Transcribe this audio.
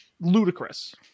Ludicrous